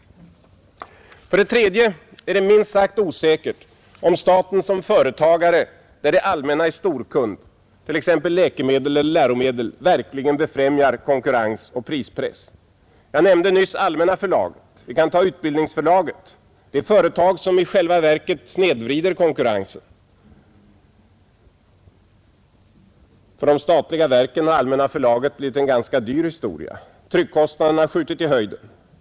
För det tredje är det minst sagt osäkert om staten som företagare på områden där det allmänna är storkund — t.ex. beträffande läkemedel eller läromedel — verkligen befrämjar konkurrens och prispress. Jag nämnde nyss Allmänna förlaget; vi kan också ta Utbildningsförlaget. Det är ett företag som i själva verket snedvrider konkurrensen. För de statliga verken har Allmänna förlaget blivit en ganska dyr historia. Tryckkost Nr 53 naderna har skjutit i höjden.